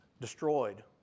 destroyed